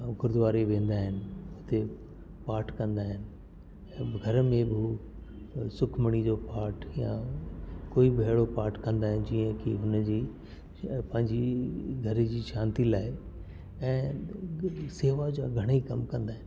गुरूद्वारे बि वेंदा आहिनि हुते पाठ कंदा आहिनि ऐं घर में बि उहे सुखमणी जो पाठ या कोई बि अहिड़ो पाठ कंदा आहिनि जीअं की हुन जी पंहिंजी घर जी शांती लाइ ऐं शेवा जा घणेई कम कंदा आहिनि